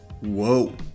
Whoa